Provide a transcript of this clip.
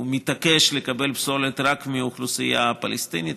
הוא מתעקש לקבל פסולת רק מהאוכלוסייה הפלסטינית.